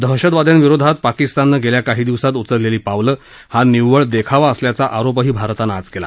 दहशतवाद्यांविरोधात पाकिस्ताननं गेल्या काही दिवसात उचललेली पावलं हा निव्वळ देखावा असल्याचा आरोपही भारतानं आज केला